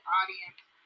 audience